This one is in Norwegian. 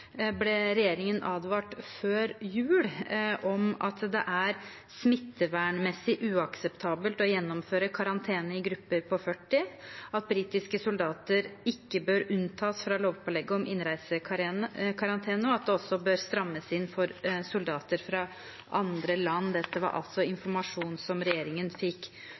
ble regjeringen advart før jul om at det er smittevernmessig uakseptabelt å gjennomføre karantene i grupper på 40, at britiske soldater ikke bør unntas fra lovpålegget om innreisekarantene, og at det også bør strammes inn for soldater fra andre land. Dette var altså informasjon som regjeringen fikk